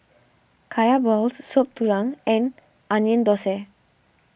Kaya Balls Soup Tulang and Onion Thosai